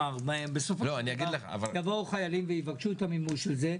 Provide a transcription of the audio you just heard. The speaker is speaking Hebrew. בסופו של דבר יבואו חיילים ויבקשו את המימוש של זה,